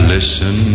Listen